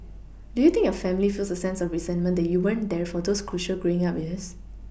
do you think your family feels a sense of resentment that you weren't there for those crucial growing up years